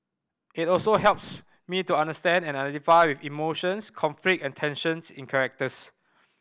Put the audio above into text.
it also helps me to understand and identify with emotions conflict and tensions in